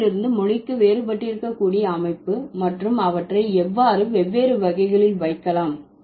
மொழியிலிருந்து மொழிக்கு வேறுபட்டிருக்க கூடிய அமைப்பு மற்றும் அவற்றை எவ்வாறு வெவ்வேறு வகைகளில் வைக்கலாம்